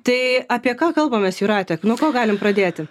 tai apie ką kalbamės jūrate nuo ko galim pradėti